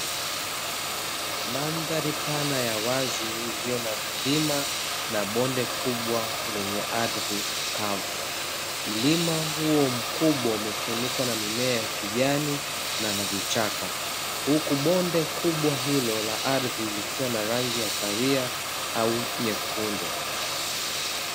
Mandhari pana ya wazi iliyo na vilima na bonde kubwa lenye ardhi kavu, mlima huo mkubwa umefunikwa na mimea ya kijani na mavichaka huku bonde kubwa hilo la ardhi likiwa na rangi ya kahawia au nyekundu.